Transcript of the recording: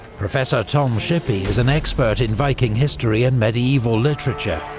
professor tom shippey is an expert in viking history and medieval literature.